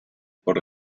por